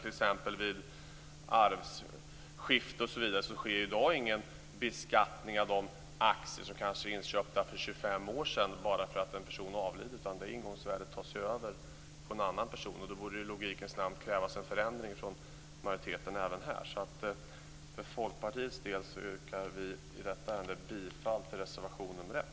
T.ex. vid arvsskifte sker i dag ingen beskattning av de aktier som kanske är inköpta för 25 år sedan bara för att en person avlidit, utan det ingångsvärdet tas ju över av en annan person. Då borde det i logikens namn krävas en förändring från majoriteten även här. För Folkpartiets del yrkar vi i detta ärende bifall till reservation nr 1.